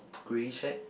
grey shirt